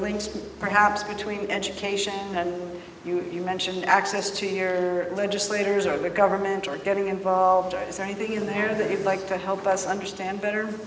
links perhaps between education and you you mentioned access to here legislators or the government or getting involved drugs or anything in there that you'd like to help us understand better